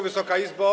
Wysoka Izbo!